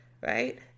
right